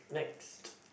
next